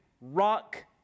rock